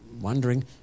wondering